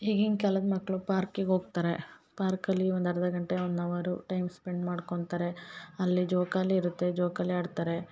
ಈಗ ಹಿಂಗೆ ಕಾಲದ ಮಕ್ಕಳು ಪಾರ್ಕಿಗೆ ಹೋಗ್ತಾರೆ ಪಾರ್ಕಲ್ಲಿ ಒಂದು ಅರ್ಧ ಗಂಟೆ ಒನ್ ಅವರು ಟೈಮ್ ಸ್ಪೆಂಡ್ ಮಾಡ್ಕೊಳ್ತಾರೆ ಅಲ್ಲಿ ಜೋಕಾಲಿ ಇರುತ್ತೆ ಜೋಕಾಲಿ ಆಡ್ತಾರೆ